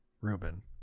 Reuben